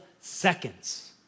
seconds